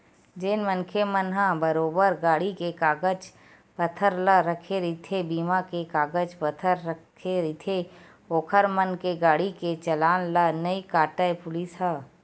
जेन मनखे मन ह बरोबर गाड़ी के कागज पतर ला रखे रहिथे बीमा के कागज पतर रखे रहिथे ओखर मन के गाड़ी के चलान ला नइ काटय पुलिस ह